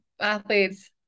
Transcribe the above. athletes